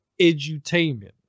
Edutainment